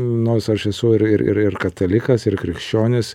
nors aš esu ir ir ir katalikas ir krikščionis